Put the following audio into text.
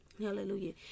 hallelujah